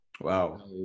Wow